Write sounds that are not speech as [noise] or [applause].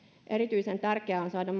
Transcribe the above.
erityisen tärkeää on saada [unintelligible]